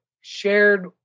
Shared